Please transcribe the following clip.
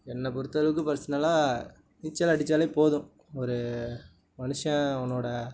என்ன பொறுத்த அளவுக்கு பர்ஸ்னலாக நீச்சல் அடிச்சாலே போதும் ஒரு மனுஷன் அவனோட